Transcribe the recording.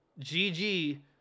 GG